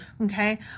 Okay